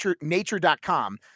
nature.com